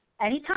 Anytime